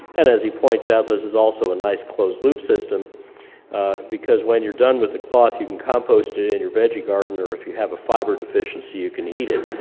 and as he points out this is also a nice closed-loop system because when you're done with the cloth you can compost it in and your veggie garden, or if you have fiber deficiency you can eat it.